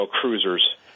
cruisers